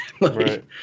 Right